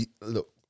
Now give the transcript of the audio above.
Look